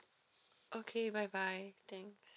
okay bye bye thanks